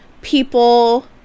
people